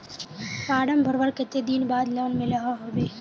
Form भरवार कते दिन बाद लोन मिलोहो होबे?